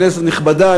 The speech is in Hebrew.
כנסת נכבדה,